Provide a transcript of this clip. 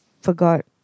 forgot